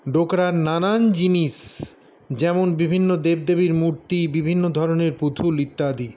ডোকরার নানান জিনিস যেমন বিভিন্ন দেবদেবীর মূর্তি বিভিন্ন ধরনের পুতুল ইত্যাদি